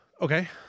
Okay